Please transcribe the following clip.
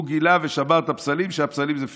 הוא גילה ושבר את הפסלים, כי הפסלים זה פיקציה.